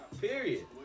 Period